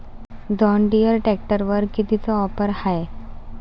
John Deere ट्रॅक्टरवर कितीची offer हाये?